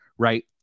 Right